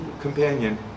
companion